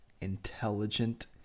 intelligent